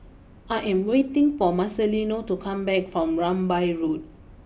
I am waiting for Marcelino to come back from Rambai Road